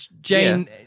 Jane